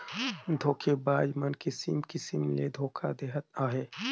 धोखेबाज मन किसिम किसिम ले धोखा देहत अहें